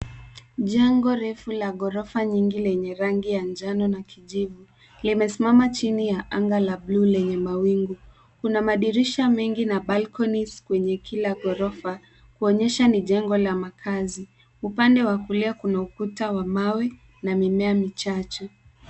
Jengo refu la ghorofa nyingi lenye rangi ya njano na kijivu limesimama chini ya anga la bluu lenye mawingu. Kina madirisha mengi na [cs ] balkonis [cs ] kwenye kila ghorofa kuonyesha ni jengo la makazi. Upande wa kulia kuna ukuta wa mawe na mimea michache